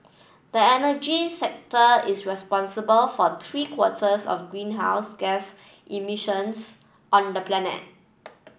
the energy sector is responsible for three quarters of greenhouse gas emissions on the planet